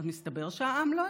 אז מסתבר שהעם לא החליט,